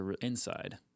inside